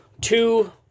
two